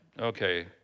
okay